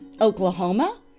Oklahoma